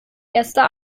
erster